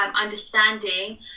understanding